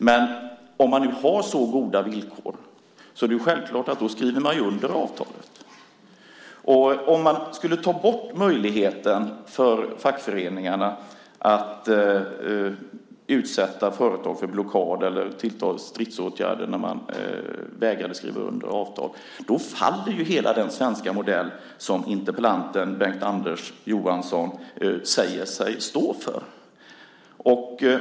Men om man nu har så goda villkor är det självklart att man skriver under avtalet. Om man skulle ta bort möjligheten för fackföreningarna att utsätta företag för blockad eller att ta till stridsåtgärder när de vägrar skriva under avtal så faller hela den svenska modell som interpellanten Bengt-Anders Johansson säger sig stå för.